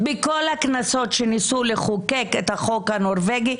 בכל הכנסות שניסו לחוקק את החוק הנורבגי,